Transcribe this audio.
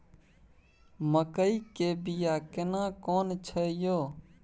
मकई के बिया केना कोन छै यो?